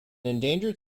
endangered